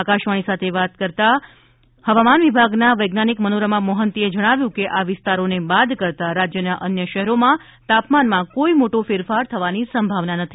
આકાશવાણી સાથે વાત કરતા હવામાન વિભાગના વૈજ્ઞાનિક મનોરમા મોહંતીએ જણાવ્યું હતું કે આ વિસ્તારોને બાદ કરતા રાજ્યના અન્ય શહેરોમાં તાપમાનમાં કોઈ મોટો ફેરફાર થવાની સંભાવના નથી